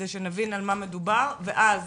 כדי שנבין על מה מדובר ואז